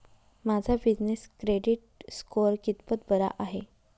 माझा business credit score कितपत बरा आहे?